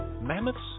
Mammoths